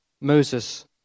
Moses